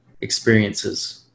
experiences